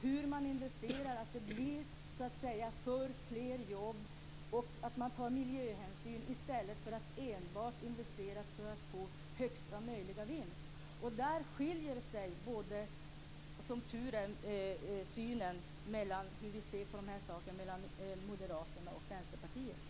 Man kan investera så att det blir fler jobb och så att man tar miljöhänsyn i stället för att enbart investera för att få högsta möjliga vinst. Som tur är skiljer sig synen på de här sakerna mellan Moderaterna och Vänsterpartiet.